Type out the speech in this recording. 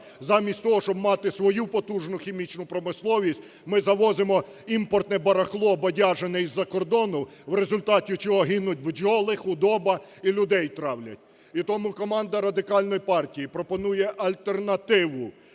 замість того, щоб мати свою потужну хімічну промисловість ми завозимо імпортне барахло бодяжене із-за кордону, в результаті чого гинуть бджоли, худоба і людей травлять. І тому команда Радикальної партії пропонує альтернативу